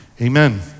Amen